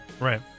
right